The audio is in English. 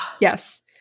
Yes